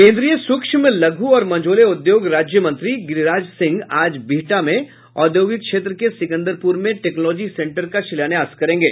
केंद्रीय सूक्ष्म लघू और मझोले उद्योग राज्य मंत्री गिरिराज सिंह आज बिहटा औद्योगिक क्षेत्र के सिकंदरपुर में टेक्नोलॉजी सेंटर का शिलान्यास करेंगे